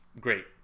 Great